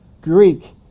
Greek